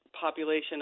population